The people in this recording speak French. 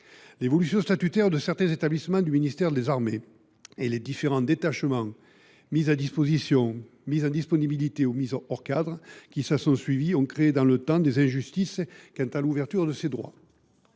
L’évolution statutaire de certains établissements du ministère des armées et les différents détachements, mises à disposition, mises en disponibilité et mises hors cadre qui se sont ensuivis, ont créé au fil du temps des injustices quant à l’ouverture de ces droits.